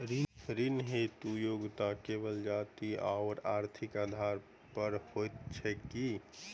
ऋण हेतु योग्यता केवल जाति आओर आर्थिक आधार पर होइत छैक की?